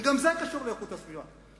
וגם זה קשור לאיכות הסביבה,